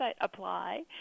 apply